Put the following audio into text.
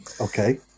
Okay